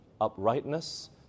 Uprightness